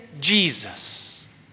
Jesus